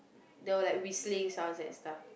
there were like whistling sounds and stuff